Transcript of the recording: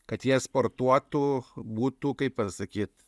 kad jie sportuotų būtų kaip pasakyt